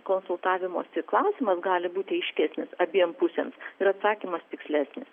konsultavimosi klausimas gali būti aiškesnis abiem pusėms ir atsakymas tikslesnis